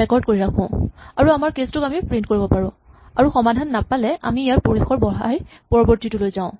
record কৰি ৰাখো আৰু আমাৰ কেচ টোক আমি প্ৰিন্ট কৰিব পাৰো আৰু সমাধান নাপালে আমি ইয়াৰ পৰিসৰ বঢ়াই পৰৱৰ্তীটোলৈ যাওঁ